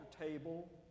table